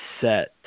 set